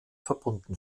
verbunden